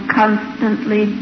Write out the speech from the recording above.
constantly